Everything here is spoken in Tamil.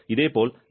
இதேபோல் ஜே